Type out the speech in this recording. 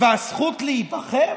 והזכות להיבחר?